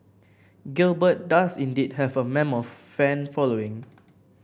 Gilbert does indeed have a mammoth fan following